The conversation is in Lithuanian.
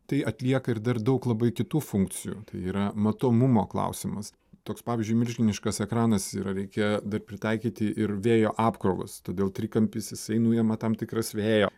tai atlieka ir dar daug labai kitų funkcijų tai yra matomumo klausimas toks pavyzdžiui milžiniškas ekranas yra reikia dar pritaikyti ir vėjo apkrovas todėl trikampis jisai nuima tam tikras vėjo